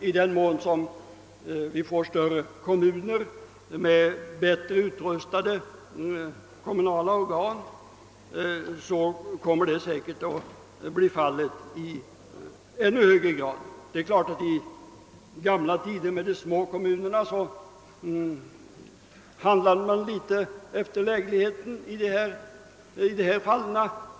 I den mån vi får större kommuner med bättre utrustade kommunala organ, kommer detta säkert att bli fallet i ännu högre grad. I gamla tider med de små kommunerna handlade man litet efter läglighet.